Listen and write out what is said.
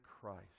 Christ